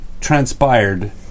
transpired